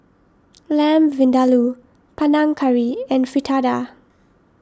Lamb Vindaloo Panang Curry and Fritada